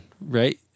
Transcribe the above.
right